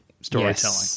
storytelling